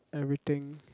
everything